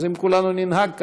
אז אם כולנו ננהג כך,